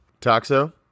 Toxo